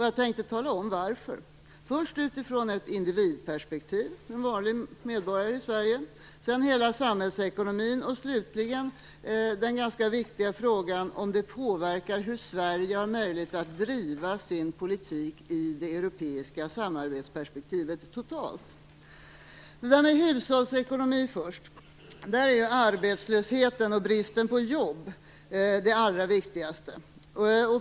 Jag tänkte tala om varför - först utifrån ett individperspektiv, utifrån en vanlig medborgare i Sverige, sedan utifrån hela samhällsekonomin och slutligen utifrån den ganska viktiga frågan om det påverkar Sveriges möjlighet att driva sin politik i det europeiska samarbetsperspektivet totalt. Först till hushållsekonomin. På det området är arbetslösheten och bristen på jobb det allra viktigaste.